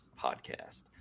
podcast